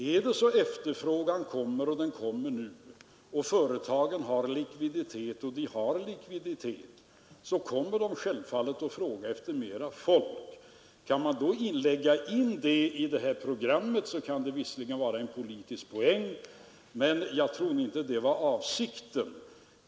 Om konjunkturuppgången kommer nu och företagen har likviditet — och det har företagen — kommer de självfallet att efterfråga mer folk. Kan man räkna in denna efterfrågan i det här programmet innebär det visserligen en politisk poäng, men jag trodde inte att det var avsikten.